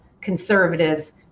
conservatives